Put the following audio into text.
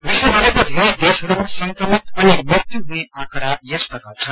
विश्व भरिको बेरै देशहरूमा संक्रमित अनि मृत्यु हुने आकंड़ा यस प्रकार छन्